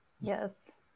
Yes